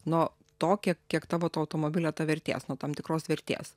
nuo to kiek kiek tavo to automobilio vertės nuo tam tikros vertės